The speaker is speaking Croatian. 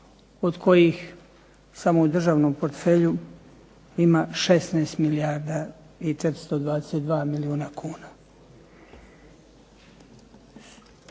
od kojih samo u državnom portfelju ima 16 milijardi 422 milijuna kuna.